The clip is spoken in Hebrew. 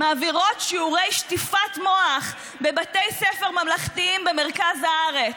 מעבירות שיעורי שטיפת מוח בבתי ספר ממלכתיים במרכז הארץ.